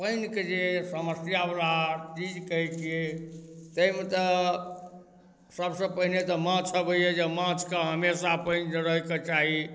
पानिके जे समस्या बला चीज कहैत छियै ताहिमे तऽ सबसे पहिने तऽ माछ अबैया जे माछके हमेशा पानि रहेके चाही